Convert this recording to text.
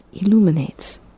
Illuminates